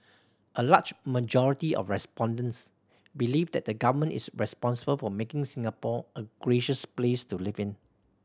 a large majority of respondents believe that the Government is responsible for making Singapore a gracious place to live in